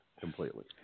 completely